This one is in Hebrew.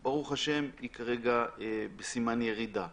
היא בסימן ירידה.